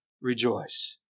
rejoice